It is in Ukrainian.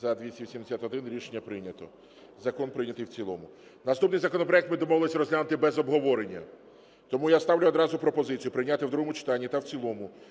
За-281 Рішення прийнято. Закон прийнятий в цілому. Наступний законопроект ми домовились розглянути без обговорення. Тому я ставлю одразу пропозицію прийняти і другому читанні та в цілому